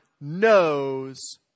knows